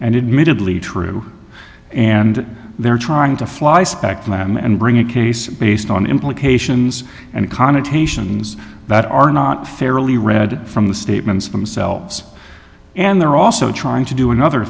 diddly true and they're trying to fly specked them and bring a case based on implications and connotations that are not fairly read from the statements themselves and they're also trying to do another